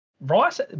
Rice